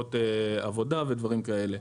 משמרות עבודה ודברים כאלה.